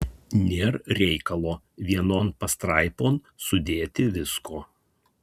nėr reikalo vienon pastraipon sudėti visko